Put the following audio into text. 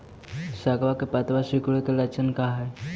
सगवा के पत्तवा सिकुड़े के लक्षण का हाई?